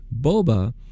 Boba